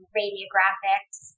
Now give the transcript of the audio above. radiographics